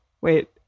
Wait